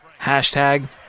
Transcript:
Hashtag